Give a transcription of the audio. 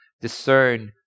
discern